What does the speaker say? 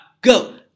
go